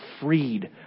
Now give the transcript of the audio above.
freed